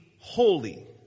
holy